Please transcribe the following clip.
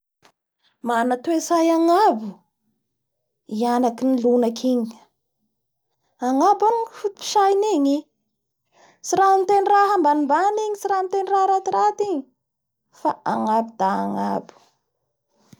Reko sady maaza fa Madagascar zao mana toetsay miray hina.